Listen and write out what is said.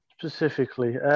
specifically